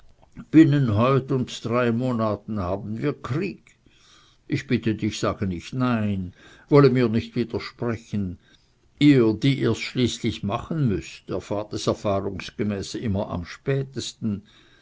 binnen heut und drei monaten haben wir krieg ich bitte dich sage nicht nein wolle mir nicht widersprechen ihr die ihr's schließlich machen müßt erfahrt es erfahrungsmäßig immer am spätesten